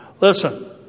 listen